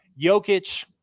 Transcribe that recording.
Jokic